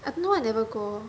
I don't know I never go